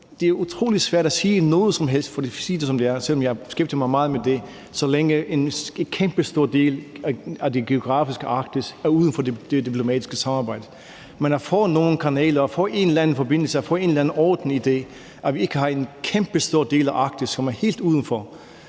helst om for at sige det, som det er, selv om jeg har beskæftiget mig meget med det, så længe en kæmpestor del af det geografiske Arktis er uden for det diplomatiske samarbejde. Men at få nogle kanaler, få en eller anden forbindelse, få en eller anden orden, så vi ikke har en kæmpestor del af Arktis, som er helt uden for,